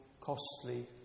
costly